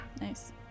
Nice